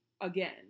again